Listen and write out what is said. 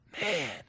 Man